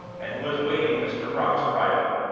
and who was waiting mr. brock's arrival,